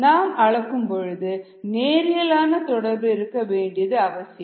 நாம் அளக்கும் பொழுது நேரியல் ஆன தொடர்பு இருக்க வேண்டியது அவசியம்